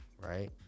right